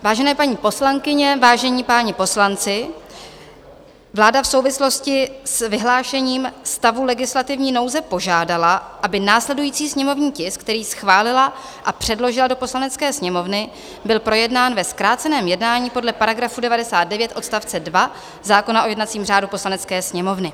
Vážené paní poslankyně, vážení páni poslanci, vláda v souvislosti s vyhlášením stavu legislativní nouze požádala, aby následující sněmovní tisk, který schválila a předložila do Poslanecké sněmovny, byl projednán ve zkráceném jednání podle § 99 odst. 2 zákona o jednacím řádu Poslanecké sněmovny.